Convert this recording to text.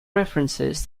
references